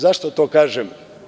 Zašto to kažem?